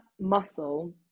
muscle